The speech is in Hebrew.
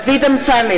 נגד אופיר אקוניס,